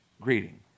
greeting